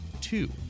Two